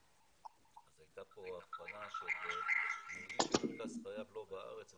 אז הייתה פה ההבחנה שמרכז חייו לא בארץ וכולי,